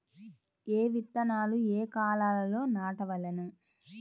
ఏ విత్తనాలు ఏ కాలాలలో నాటవలెను?